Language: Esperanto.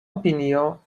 opinio